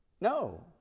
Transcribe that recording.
No